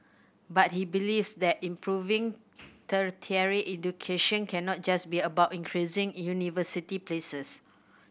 but he believes that improving tertiary education cannot just be about increasing university places